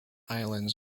islands